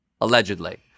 allegedly